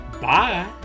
Bye